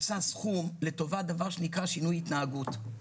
הוצע סכום טובת דבר שנקרא שינוי התנהגות.